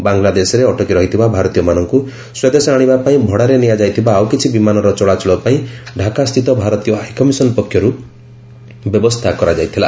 ବାଙ୍ଗଲାଦେଶରେ ଅଟକି ରହିଥିବା ଭାରତୀୟମାନଙ୍କୁ ସ୍ୱଦେଶ ଆଣିବା ପାଇଁ ଭଡ଼ାରେ ନିଆଯାଇଥିବା ଆଉକିଛି ବିମାନର ଚଳାଚଳ ପାଇଁ ଢାକା ସ୍ଥିତ ଭାରତୀୟ ହାଇକମିଶନ୍ ପକ୍ଷରୁ ବ୍ୟବସ୍ଥା କରାଯାଇଥିଲା